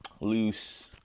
loose